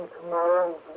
tomorrow